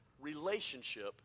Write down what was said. relationship